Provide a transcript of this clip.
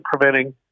preventing